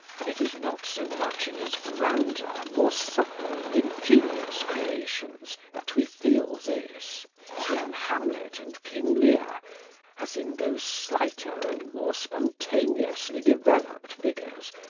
and it is not so much in his grander, more subtle and ingenious creations that we feel this in hamlet and king lear as in those slighter and more spontaneously developed figures,